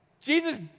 Jesus